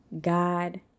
God